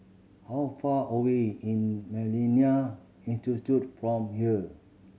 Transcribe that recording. how far away in Millennia Institute from here